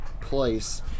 place